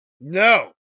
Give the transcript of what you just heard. No